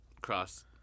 cross